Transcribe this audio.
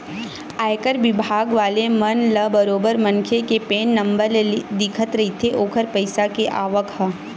आयकर बिभाग वाले मन ल बरोबर मनखे के पेन नंबर ले दिखत रहिथे ओखर पइसा के आवक ह